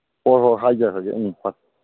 ꯍꯣꯏ ꯍꯣꯏ ꯍꯥꯏꯒꯦ ꯍꯥꯏꯒꯦ ꯎꯝ ꯐꯔꯦ